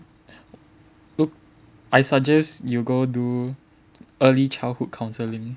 I suggest you go do early childhood counselling